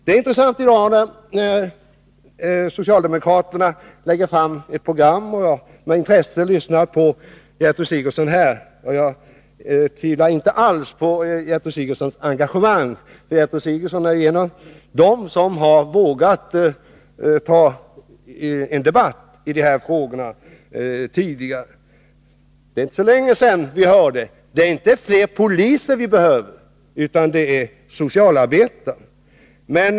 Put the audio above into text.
Det är intressant att socialdemokraterna lägger fram ett program. Jag har med intresse lyssnat på Gertrud Sigurdsen här. Jag tvivlar inte alls på Gertrud Sigurdsens engagemang, för Gertrud Sigurdsen är en av dem som vågat ta en debatt i de här frågorna tidigare. Det är inte så länge sedan vi hörde: Det är inte fler poliser vi behöver, utan fler socialarbetare.